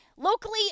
Locally